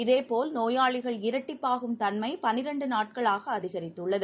இதேபோல் நோயாளிகள் இரட்டிப்பாகும் தன்மைபன்னிரெண்டுநாட்களாகஅதிகரித்துள்ளது